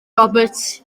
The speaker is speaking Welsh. roberts